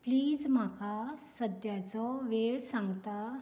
please म्हाका सद्याचो वेळ सांगता